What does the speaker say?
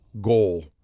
goal